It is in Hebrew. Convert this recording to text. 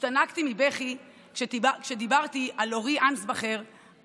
השתנקתי מבכי כשדיברתי על אורי אנסבכר,